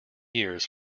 years